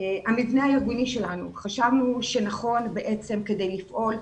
המבנה הארגוני שלנו - חשבנו שנכון בעצם כדי לפעול,